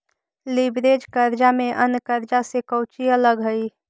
Leverage कर्जा में अन्य कर्जा से कउची अलग हई?